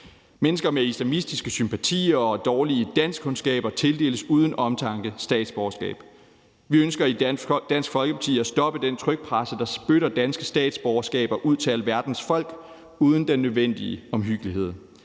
Mennesker med islamistiske sympatier og dårlige danskkundskaber tildeles uden omtanke statsborgerskab. Vi ønsker i Dansk Folkeparti at stoppe den trykpresse, der spytter danske statsborgerskaber ud til alverdens folk uden den nødvendige omhyggelighed.